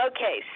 Okay